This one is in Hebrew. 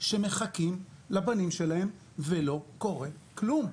וחצי שמחכות לבנים שלהן ולא קורה כלום.